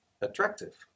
attractive